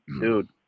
dude